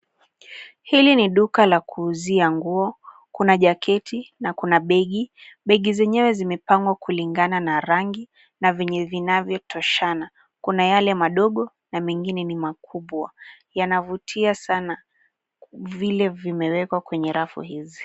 Hili ni duka la kuuzia nguo, kuna jaketi na kuna begi, begi zneyewe zimepangwa kulingana na rangi na venye zinazvyotoshana. kuna yale madogo na mengine ni makubwa, Yanavutia sana vile vimewekwa kwenye rafu hizi.